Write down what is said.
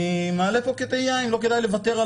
אני מעלה פה כתהייה אם לא כדאי לוותר על